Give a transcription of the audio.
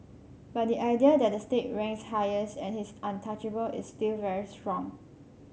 but the idea that the state ranks highest and his untouchable is still very strong